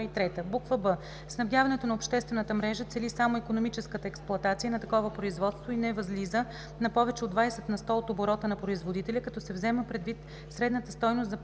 и 3; бб) снабдяването на обществената мрежа цели само икономическата експлоатация на такова производство и не възлиза на повече от 20 на сто от оборота на производителя, като се взема предвид средната стойност за